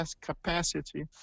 capacity